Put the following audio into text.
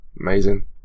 Amazing